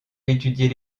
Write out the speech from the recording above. étudier